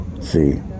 See